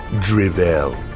drivel